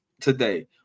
today